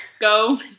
go